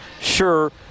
Sure